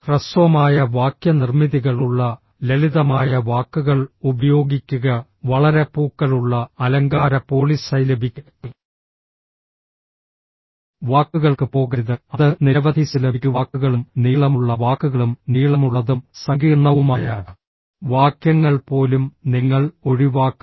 ഹ്രസ്വമായ വാക്യ നിർമ്മിതികളുള്ള ലളിതമായ വാക്കുകൾ ഉപയോഗിക്കുക വളരെ പൂക്കളുള്ള അലങ്കാര പോളിസൈലബിക് വാക്കുകൾക്ക് പോകരുത് അത് നിരവധി സിലബിക് വാക്കുകളും നീളമുള്ള വാക്കുകളും നീളമുള്ളതും സങ്കീർണ്ണവുമായ വാക്യങ്ങൾ പോലും നിങ്ങൾ ഒഴിവാക്കണം